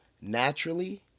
naturally